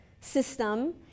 system